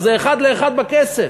אז זה אחד לאחד בכסף.